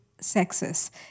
sexes